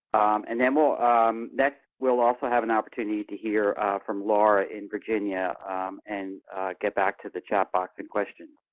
and then we'll next we'll also have an opportunity to hear from laura in virginia and get back to the chat box and questions.